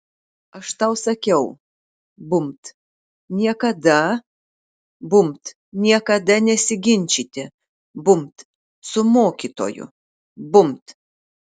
aš tau sakiau bumbt niekada bumbt niekada nesiginčyti bumbt su mokytoju bumbt